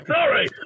Sorry